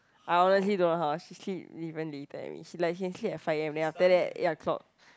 I honestly don't know how she sleep even later than me she like can sleep at five a_m then after that eight o-clock